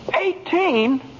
Eighteen